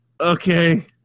okay